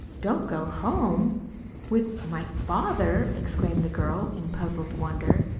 don't go home with my father! exclaimed the girl, in puzzled wonder.